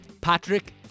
patrick